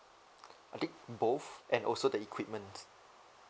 I think both and also the equipments